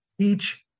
teach